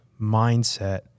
mindset